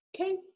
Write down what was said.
okay